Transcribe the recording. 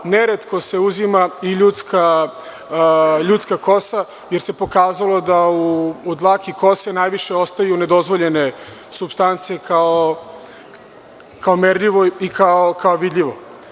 Neretko se uzima i ljudska kosa, jer se pokazalo da u dlaki kose najviše ostaju nedozvoljene supstance kao merljivo i kao vidljivo.